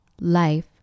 life